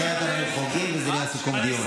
אחרת אנחנו חורגים וזה נהיה סיכום דיון.